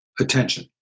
attention